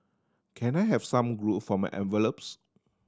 can I have some glue for my envelopes